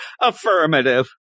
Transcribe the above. Affirmative